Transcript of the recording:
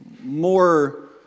more